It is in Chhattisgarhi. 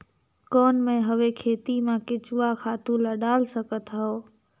कौन मैं हवे खेती मा केचुआ खातु ला डाल सकत हवो?